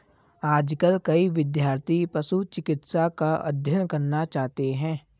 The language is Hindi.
आजकल कई विद्यार्थी पशु चिकित्सा का अध्ययन करना चाहते हैं